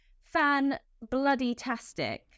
fan-bloody-tastic